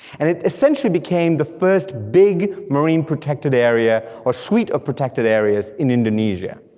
and it essentially became the first big marine protected area, or suite of protected areas in indonesia.